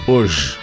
Hoje